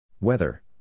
Weather